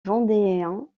vendéens